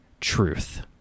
truth